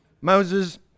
Moses